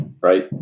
right